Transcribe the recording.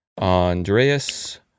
Andreas